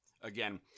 Again